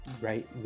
right